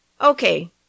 Okay